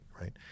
right